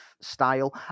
style